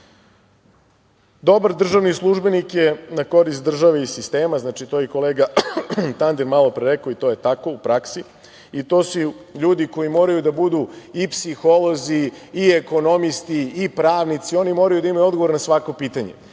radu. Dobar državni službenik je na korist državi i sistemu, znači, to je i kolega Tandir malopre rekao i to je tako u praksi. To su ljudi koji moraju da budu i psiholozi i ekonomisti i pravnici, oni moraju da imaju odgovor na svako pitanje,